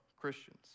Christians